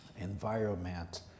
environment